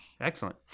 Excellent